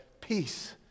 Peace